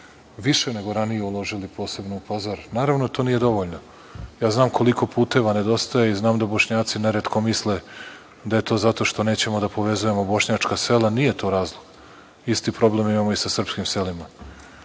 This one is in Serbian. više nego ranije uložili posebno u Pazar. Naravno to nije dovoljno. Ja znam koliko puteva nedostaje i znam da Bošnjaci neretko misle da je to zato što nećemo da povezujemo bošnjačka sela, nije to razlog. Isti problem imamo i sa srpskim selima.